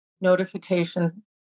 notification